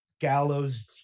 gallows